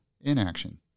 inaction